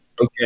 Okay